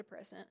antidepressant